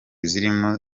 zirimo